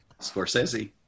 Scorsese